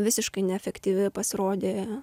visiškai neefektyvi pasirodė